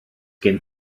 gen